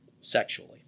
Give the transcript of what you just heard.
sexually